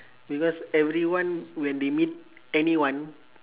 because everyone when they meet anyone